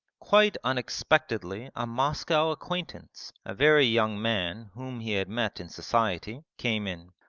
quite unexpectedly a moscow acquaintance, a very young man whom he had met in society, came in.